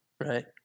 Right